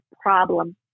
problem